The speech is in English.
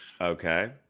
okay